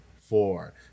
four